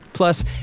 Plus